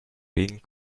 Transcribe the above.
being